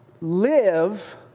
live